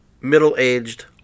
middle-aged